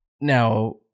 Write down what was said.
Now